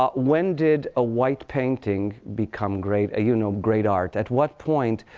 um when did a white painting become great you know great art? at what point?